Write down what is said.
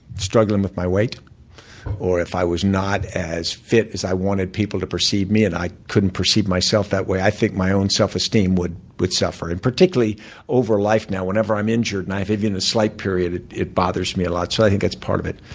struggling with my weight or if i was not as fit as i wanted people to perceive me and i couldn't perceive myself that way, i think my own self esteem would would suffer. and particularly over life now, whenever i'm injured, and even if a slight period, it bothers me a lot. so i think that's part of it.